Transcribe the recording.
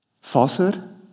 falsehood